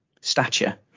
stature